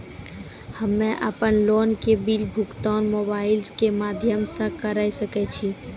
हम्मे अपन लोन के बिल भुगतान मोबाइल के माध्यम से करऽ सके छी?